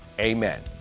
Amen